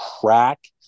crack